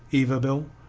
yberville,